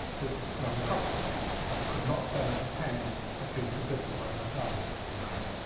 this young couple could not bear the pain of being forbidden by their families to marry.